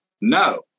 No